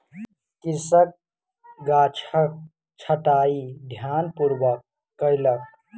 कृषक गाछक छंटाई ध्यानपूर्वक कयलक